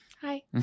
hi